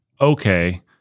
okay